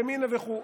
ימינה וכדומה.